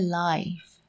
life 。